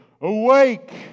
awake